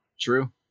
true